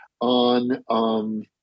on